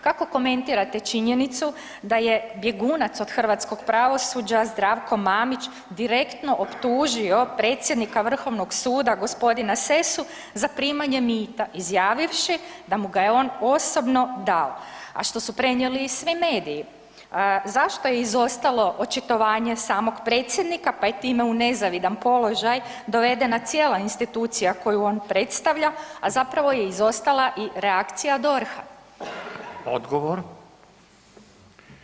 Kako komentirate činjenicu da je bjegunac od hrvatskog pravosuđa Zdravko Mamić direktno optužio predsjednika vrhovnog suda g. Sessu za primanje mita izjavivši da mu ga je on osobno dao, a što su prenijeli i svi mediji, zašto je izostalo očitovanje samog predsjednika, pa je time i u nezavidan položaj dovedena cijela institucija koju on predstavlja, a zapravo je izostala i reakcija DORH-a?